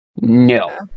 No